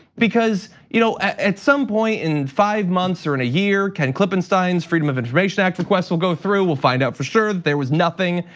because, you know at some point in five months or in a year can clip einstein's freedom of information act requests will go through, we'll find out for sure there was nothing,